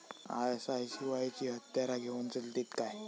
ISI शिवायची हत्यारा घेऊन चलतीत काय?